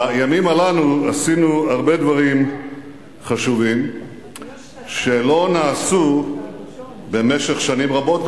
בימים האלו עשינו הרבה דברים חשובים שלא נעשו במשך שנים רבות,